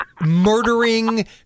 murdering